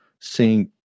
seeing